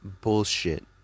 bullshit